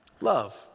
Love